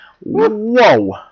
Whoa